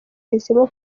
yahisemo